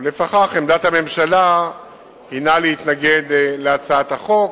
לפיכך, עמדת הממשלה הינה להתנגד להצעת החוק.